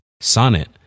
Sonnet